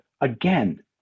again